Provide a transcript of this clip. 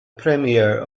premiere